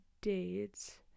dates